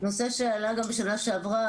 נושא שעלה גם בשנה שעברה.